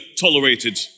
tolerated